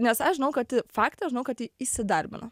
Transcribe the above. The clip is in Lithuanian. nes aš žinau kad faktą žinau kad ji įsidarbino